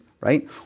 right